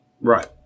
right